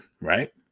right